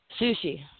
Sushi